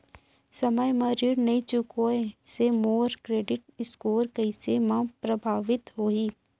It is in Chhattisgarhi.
समय म ऋण नई चुकोय से मोर क्रेडिट स्कोर कइसे म प्रभावित होही?